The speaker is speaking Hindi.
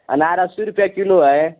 अनार अस्सी रुपये किलो है